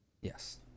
Yes